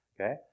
Okay